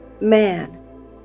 man